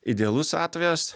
idealus atvejas